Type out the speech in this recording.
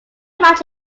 much